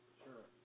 sure